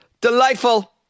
Delightful